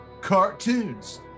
cartoons